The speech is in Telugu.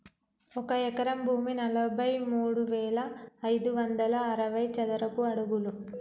ఒక ఎకరం భూమి నలభై మూడు వేల ఐదు వందల అరవై చదరపు అడుగులు